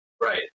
Right